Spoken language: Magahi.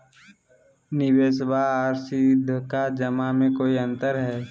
निबेसबा आर सीधका जमा मे कोइ अंतर हय?